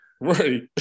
Right